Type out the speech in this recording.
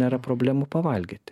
nėra problemų pavalgyti